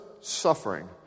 suffering